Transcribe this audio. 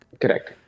Correct